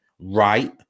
right